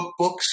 cookbooks